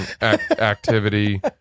activity